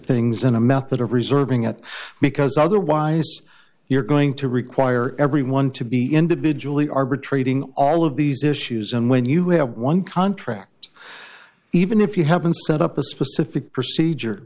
things in a method of reserving it because otherwise you're going to require everyone to be individually arbitrating all of these issues and when you have one contract even if you haven't set up a specific procedure